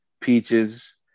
Peaches